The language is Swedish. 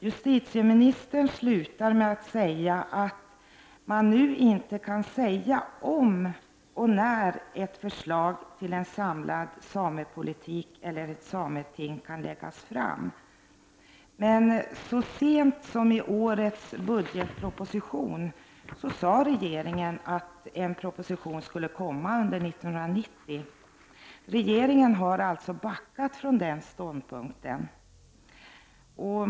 Justitieministern avslutar med att framhålla att man nu inte kan säga om och när ett förslag till en samlad samepolitik eller ett sameting kan läggas fram. Så sent som i årets budgetproposition sade emellertid regeringen att en proposition skulle komma under 1990. Regeringen har alltså backat från den ståndpunkten.